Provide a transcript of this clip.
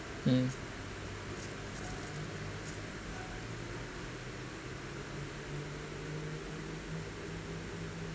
um